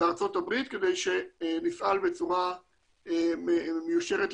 ובארה"ב כדי שנפעל בצורה מיושרת לגלובל.